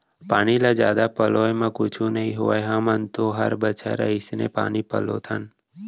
पानी ल जादा पलोय म कुछु नइ होवय हमन तो हर बछर अइसने पानी पलोथन